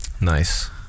nice